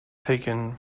taken